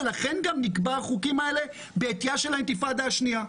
ולכן גם נקבעו החוקים האלה בעטיה של האינתיפאדה השנייה.